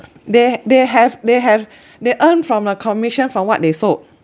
they they have they have they earn from the commission from what they sold